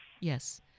Yes